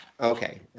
Okay